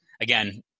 again